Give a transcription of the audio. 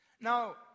Now